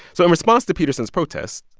so in response to peterson's protest,